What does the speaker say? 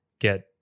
get